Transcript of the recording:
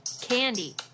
Candy